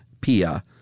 Pia